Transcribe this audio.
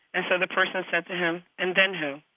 and so the person said to him, and then who?